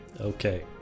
Okay